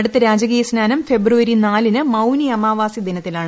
അടുത്ത രാജകീയ സ്നാനം ഫെബ്രുവരി നാലിന് മൌനി അമാവാസി ദിനത്തിലാണ്